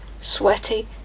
sweaty